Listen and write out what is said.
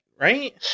right